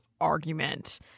argument